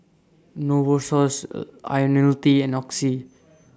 Novosource Ionil T and Oxy